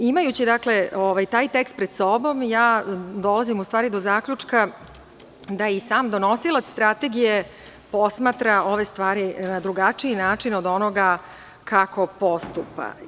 Imajući tekst pred sobom, dolazim do zaključka da i sam donosilac Strategije posmatra ove stvari na drugačiji način od onoga kako postupa.